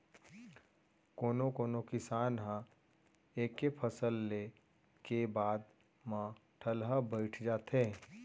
कोनो कोनो किसान ह एके फसल ले के बाद म ठलहा बइठ जाथे